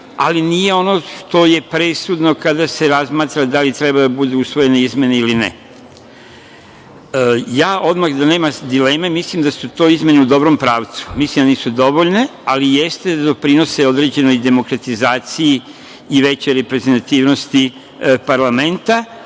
ali nije ono što je presudno kada se razmatra da li treba da budu usvojene izmene ili ne. Odmah, da nema dileme, mislim da su izmene u dobrom pravcu. Mislim da nisu dovoljne, ali jeste da doprinose određenoj demokratizaciji i većoj reprezentativnosti parlamenta,